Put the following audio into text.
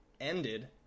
ended